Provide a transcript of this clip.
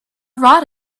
rod